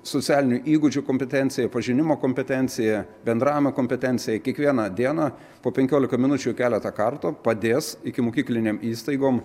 socialinių įgūdžių kompetencija pažinimo kompetencija bendravimo kompetencija kiekvieną dieną po penkiolika minučių keletą kartų padės ikimokyklinėm įstaigom